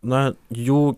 na jų